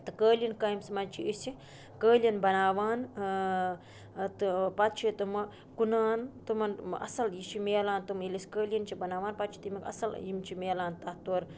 تہٕ کٲلیٖن کامِس منٛز چھِ أسۍ یہِ قٲلیٖن بَناوان تہٕ پَتہٕ چھِ تٕمہٕ کُنان تِمَن اَصٕل یہِ چھِ مِلان تِم ییٚلہِ أسۍ قٲلیٖن چھِ بَناوان پَتہٕ چھِ تَمیُک اَصٕل یِم چھِ مِلان تَتھ تورٕ